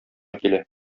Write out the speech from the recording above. килә